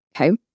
Okay